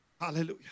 Hallelujah